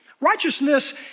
Righteousness